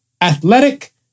athletic